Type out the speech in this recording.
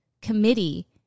committee